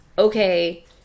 okay